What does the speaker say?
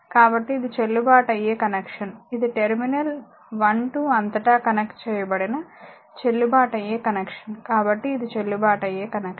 కాబట్టి ఇది చెల్లుబాటు అయ్యే కనెక్షన్ ఇది టెర్మినల్ 1 2 అంతటా కనెక్ట్ చేయబడిన చెల్లుబాటు అయ్యే కనెక్షన్ కాబట్టి ఇది చెల్లుబాటు అయ్యే కనెక్షన్